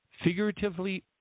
Figuratively